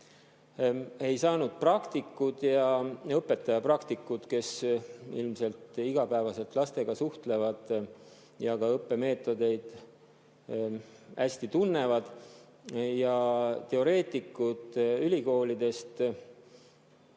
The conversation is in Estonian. ei saanud praktikud, õpetajad-praktikud, kes ilmselt igapäevaselt lastega suhtlevad ja ka õppemeetodeid hästi tunnevad, ja teoreetikud ülikoolidest keskel